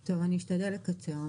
טוב, אני אשתדל לקצר.